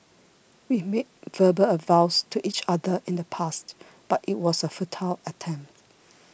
we made verbal vows to each other in the past but it was a futile attempt